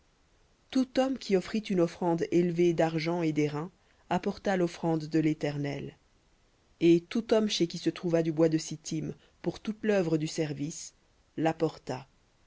tout qui offrit une offrande élevée d'argent et d'airain apporta l'offrande de l'éternel et tout chez qui se trouva du bois de sittim pour toute l'œuvre du service l'apporta